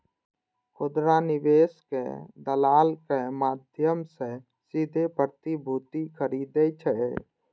खुदरा निवेशक दलालक माध्यम सं सीधे प्रतिभूति खरीदै छै